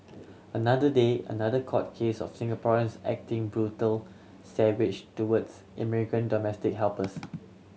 another day another court case of Singaporeans acting brutal savage towards in migrant domestic helpers